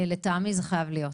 לטעמי זה חייב להיות.